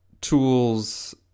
tools